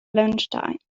lunchtime